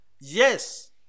Yes